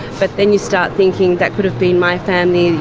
but then you start thinking that could have been my family,